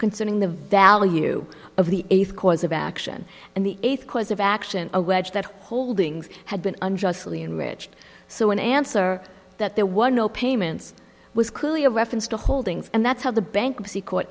concerning the value of the cause of action and the eighth course of action allege that holdings had been unjustly enriched so an answer that there was no payments was clearly a reference to holdings and that's how the bankruptcy court